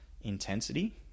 intensity